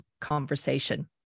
conversation